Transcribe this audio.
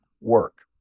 work